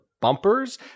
bumpers